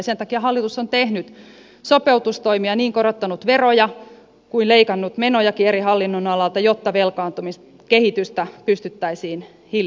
sen takia hallitus on tehnyt sopeutustoimia niin korottanut veroja kuin leikannut menojakin eri hallinnonaloilta jotta velkaantumiskehitystä pystyttäisiin hillitsemään